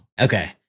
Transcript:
Okay